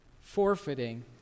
forfeiting